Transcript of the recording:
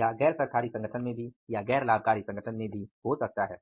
या गैर सरकारी संगठन में भी या गैर लाभकरी संगठन बे भी हो सकता है